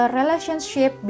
relationship